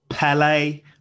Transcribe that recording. Pele